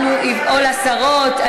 או לשרות.